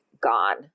gone